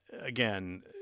again